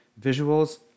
Visuals